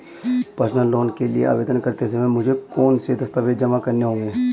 Personal loan के लिए आवेदन करते समय मुझे कौन से दस्तावेज़ जमा करने होंगे?